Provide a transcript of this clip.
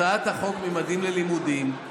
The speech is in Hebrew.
הצעת החוק ממדים ללימודים,